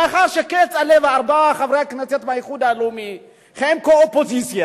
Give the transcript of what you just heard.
מאחר שכצל'ה וארבעה חברי כנסת מהאיחוד הלאומי הם כאופוזיציה,